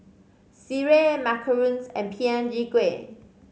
sireh macarons and Png Kueh